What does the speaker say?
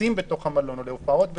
לכנסים במלון או להופעות במלון,